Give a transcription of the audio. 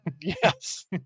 Yes